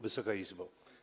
Wysoka Izbo!